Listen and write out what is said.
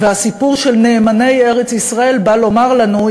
והסיפור של נאמני ארץ-ישראל בא לומר לנו,